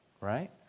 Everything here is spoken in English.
right